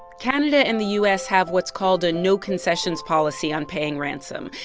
canada and the u s. have what's called a no-concessions policy on paying ransom,